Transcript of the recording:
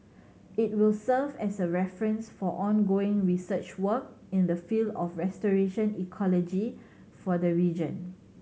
it will serve as a reference for ongoing research work in the field of restoration ecology for the region